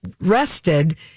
rested